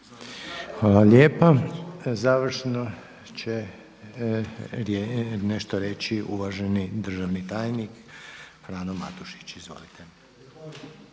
Hvala lijepa. Završno će nešto reći uvaženi državni tajnik Frano Matušić. Izvolite.